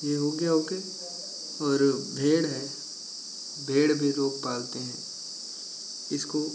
यह हो गया ओके और भेड़ है भेड़ भी लोग पालते हैं इसको